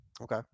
Okay